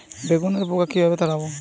বেগুনের পোকা কিভাবে তাড়াব?